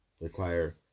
require